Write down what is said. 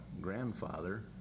grandfather